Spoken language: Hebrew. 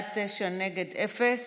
בעד, תשעה, נגד, אפס.